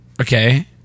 Okay